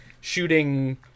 shooting